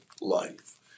life